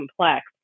complex